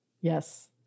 Yes